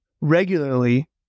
regularly